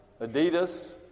Adidas